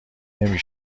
نمی